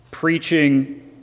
preaching